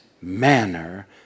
manner